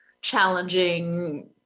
challenging